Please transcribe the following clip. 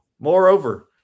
Moreover